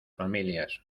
familias